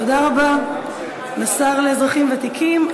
תודה רבה לשר לאזרחים ותיקים.